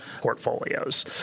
portfolios